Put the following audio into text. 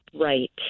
Right